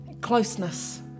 closeness